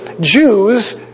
Jews